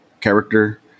character